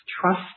trust